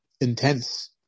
Intense